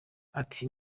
ati